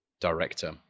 director